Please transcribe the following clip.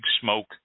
Smoke